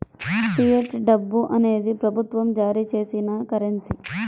fiat డబ్బు అనేది ప్రభుత్వం జారీ చేసిన కరెన్సీ